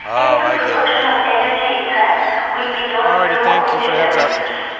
and the production of energy itself will be done through wind generators.